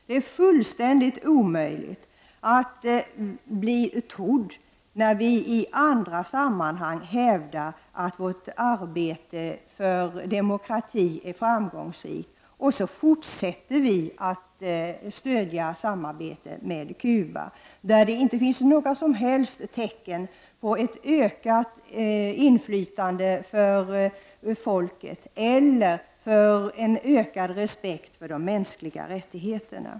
Det är fullständigt omöjligt att bli trodd när vi i andra sammanhang hävdar att vårt arbete för demokrati är framgångsrikt samtidigt som vi fortsätter vårt samarbete med Cuba där det inte finns några som helst tecken på ett ökat inflytande för folket eller en ökad respekt för de mänskliga rättigheterna.